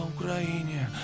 Ukraine